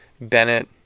Bennett